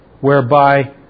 whereby